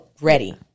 ready